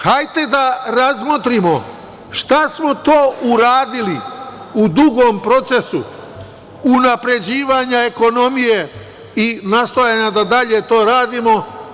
Hajde da razmotrimo šta smo to uradili u dugom procesu unapređivanja ekonomije i nastojanja da dalje to radimo.